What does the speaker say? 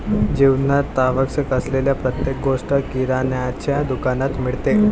जीवनात आवश्यक असलेली प्रत्येक गोष्ट किराण्याच्या दुकानात मिळते